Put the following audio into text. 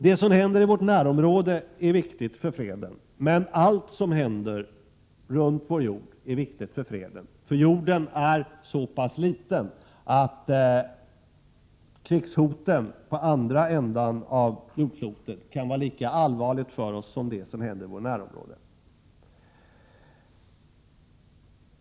Det som händer i vårt närområde är viktigt för freden, men allt som händer runt vår jord är viktigt för freden — jorden är så liten att krigshoten på andra sidan jordklotet kan vara lika allvarliga för oss som det som händer i vårt närområde.